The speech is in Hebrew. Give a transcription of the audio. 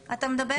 לא,